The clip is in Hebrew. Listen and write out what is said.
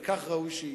וכך ראוי שיהיה.